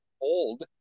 old